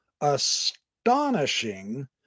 astonishing